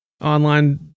online